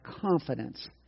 confidence